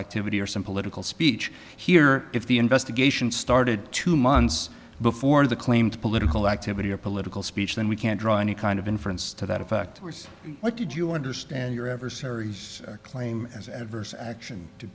activity or some political speech here if the investigation started two months before the claimed political activity or political speech then we can't draw any kind of inference to that effect what did you understand your adversaries claim as adverse action to